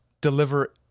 deliver